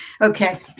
okay